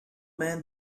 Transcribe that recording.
man